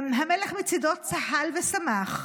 המלך מצידו צהל ושמח,